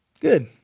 Good